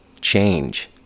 change